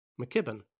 McKibben